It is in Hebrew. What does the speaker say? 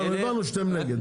הבנו שאתם נגד.